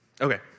Okay